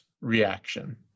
reaction